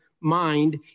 mind